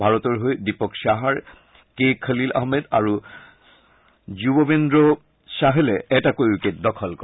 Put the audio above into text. ভাৰতৰ হৈ দীপক চাহাৰ কে খলীল আহমেদ আৰু যুজবেন্দ্ৰ চাহালে এটাকৈ উইকেট দখল কৰে